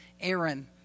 Aaron